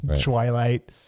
twilight